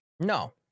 No